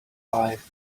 life